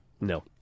No